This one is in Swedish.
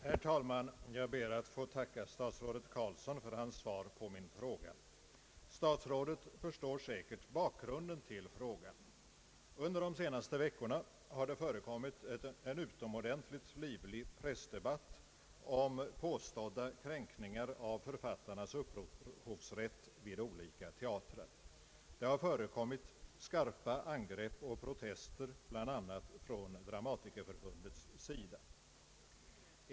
Herr talman! Jag ber att få tacka statsrådet Carlsson för hans svar på min fråga. Statsrådet förstår säkert bakgrunden till frågan. Under de senaste veckorna har det förekommit en utomordentligt livlig pressdebatt om påstådda kränkningar av författarnas upphovsrätt vid olika teatrar. Det har förekommit skarpa angrepp och protester bl.a. från Dramatikerförbundets sida.